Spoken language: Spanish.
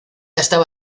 estaba